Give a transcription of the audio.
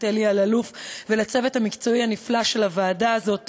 אלי אלאלוף ולצוות המקצועי הנפלא של הוועדה הזו,